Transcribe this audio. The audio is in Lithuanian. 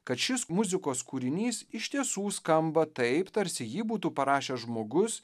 kad šis muzikos kūrinys iš tiesų skamba taip tarsi jį būtų parašęs žmogus